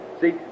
See